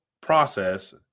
process